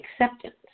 acceptance